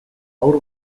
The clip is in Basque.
haur